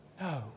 No